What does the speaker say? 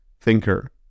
thinker